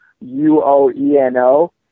u-o-e-n-o